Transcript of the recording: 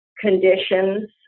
conditions